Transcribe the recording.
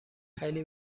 خیلی